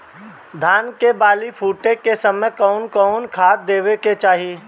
धान के बाली फुटे के समय कउन कउन खाद देवे के चाही?